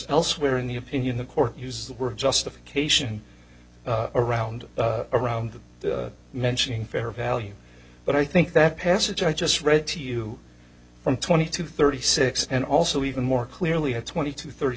elsewhere in the opinion the court uses the word justification around around mentioning fair value but i think that passage i just read to you from twenty to thirty six and also even more clearly had twenty to thirty